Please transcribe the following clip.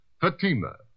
Fatima